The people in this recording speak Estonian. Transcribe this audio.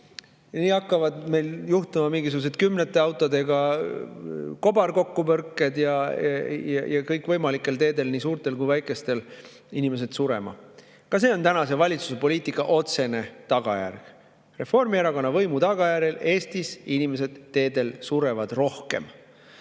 –, hakkavad meil juhtuma mingisugused kümnete autodega kobarkokkupõrked ja kõikvõimalikel teedel, nii suurtel kui ka väikestel, hakkavad inimesed surema. Ka see on tänase valitsuse poliitika otsene tagajärg. Reformierakonna võimu tagajärjel sureb inimesi Eesti teedel rohkem. Nagu